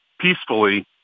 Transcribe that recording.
peacefully